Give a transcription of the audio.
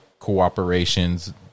cooperations